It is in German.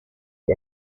die